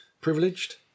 Privileged